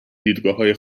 دیدگاههای